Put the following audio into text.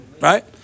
Right